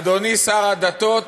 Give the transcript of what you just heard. אדוני שר הדתות,